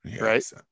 Right